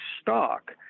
stock